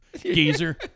Geezer